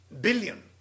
billion